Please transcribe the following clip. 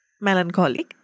melancholic